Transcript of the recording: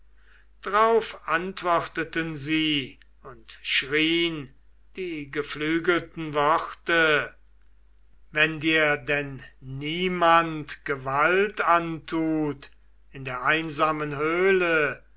drauf antworteten sie und schrien die geflügelten worte wenn dir denn keiner gewalt antut in der einsamen höhle